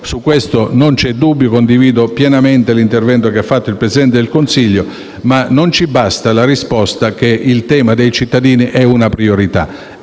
su questo non c'è dubbio e io condivido pienamente l'intervento del Presidente del Consiglio. Però, non ci basta la risposta che il tema dei cittadini è una priorità: